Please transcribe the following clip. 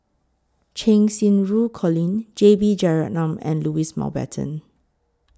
Cheng Xinru Colin J B Jeyaretnam and Louis Mountbatten